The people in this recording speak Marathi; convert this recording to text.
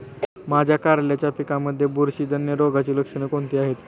माझ्या कारल्याच्या पिकामध्ये बुरशीजन्य रोगाची लक्षणे कोणती आहेत?